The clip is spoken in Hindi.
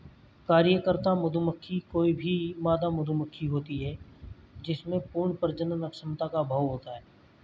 कार्यकर्ता मधुमक्खी कोई भी मादा मधुमक्खी होती है जिसमें पूर्ण प्रजनन क्षमता का अभाव होता है